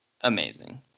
Amazing